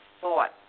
thought